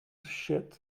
shed